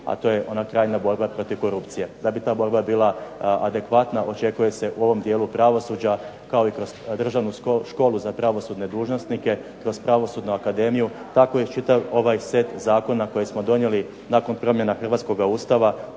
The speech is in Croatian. a to je ona krajnja borba protiv korupcije. Da bi ta borba bila adekvatna očekuje se u ovom dijelu pravosuđa, kao i kroz Državnu školu za pravosudne dužnosnike, kroz pravosudnu akademija, tako i čitav ovaj set zakona koji smo donijeli nakon promjena Hrvatskoga ustava,